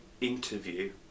interview